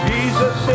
Jesus